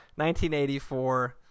1984